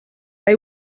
they